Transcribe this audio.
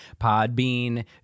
Podbean